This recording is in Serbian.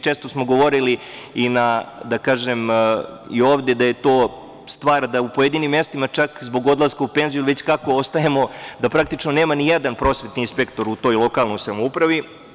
Često smo govorili i ovde da je to stvar da u pojedinim mestima, čak zbog odlaska u penziju, već kako ostajemo, da praktično nema ni jedan prosvetni inspektor u toj lokalnoj samoupravi.